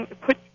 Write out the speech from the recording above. put